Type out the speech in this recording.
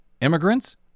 immigrants